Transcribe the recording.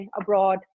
abroad